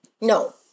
no